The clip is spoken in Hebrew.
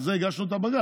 על זה הגשנו את הבג"ץ,